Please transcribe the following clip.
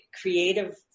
creative